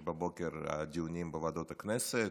יש בבוקר דיונים בוועדות הכנסת: